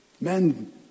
Men